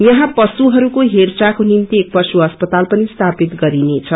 यहाँ पशुहरूको हेरचाहको निम्ति एक पशु अस्पताल पनि स्थापित गरिनेछ